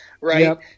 right